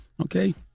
okay